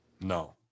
No